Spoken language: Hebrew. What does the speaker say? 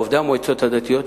עובדי המועצות הדתיות,